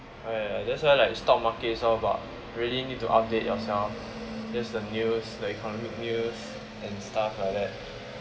oh ya that's why like stock markets all about really need to update yourself that's the news the economic news and stuff like that